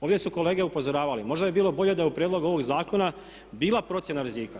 Ovdje su kolege upozoravali možda bi bilo bolje da je u prijedlogu ovog zakona bila procjena rizika.